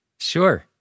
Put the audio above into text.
Sure